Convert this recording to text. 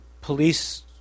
police